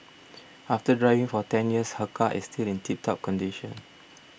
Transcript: after driving for ten years her car is still in tip top condition